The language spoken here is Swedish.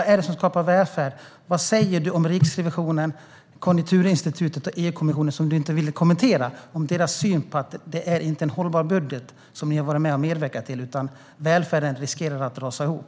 Du ville inte kommentera detta tidigare, men vad säger du om att Riksrevisionen, Konjunkturinstitutet och EU-kommissionen anser att den budget som ni har medverkat till inte är hållbar och att välfärden riskerar att rasa ihop?